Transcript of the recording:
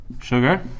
sugar